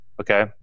Okay